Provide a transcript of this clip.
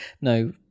No